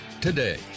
today